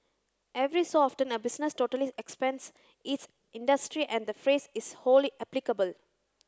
every so often a business totally upends its industry and the phrase is wholly applicable